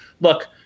look